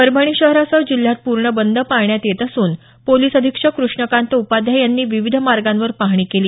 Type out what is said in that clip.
परभणी शहरासह जिल्ह्यात पूर्ण बंद पाळण्यात येत असून पोलिस अधीक्षक कृष्णकांत उपाध्याय यांनी विविध मार्गांवर पाहणी केली